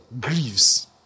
grieves